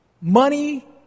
Money